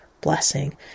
blessing